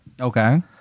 okay